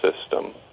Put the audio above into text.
system